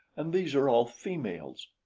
and these are all females.